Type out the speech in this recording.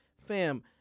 fam